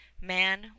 man